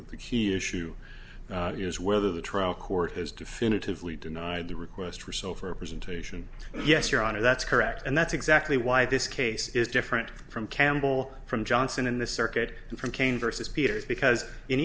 the key issue is whether the trial court has definitively denied the request or so for presentation yes your honor that's correct and that's exactly why this case is different from campbell from johnson in the circuit from kaine versus peter's because in